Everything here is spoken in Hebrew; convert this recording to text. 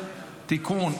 (הליכי מס ומענקי סיוע) (תיקון,